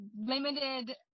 limited